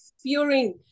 fearing